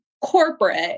corporate